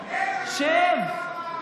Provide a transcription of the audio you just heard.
שב,